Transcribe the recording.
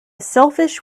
selfish